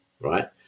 right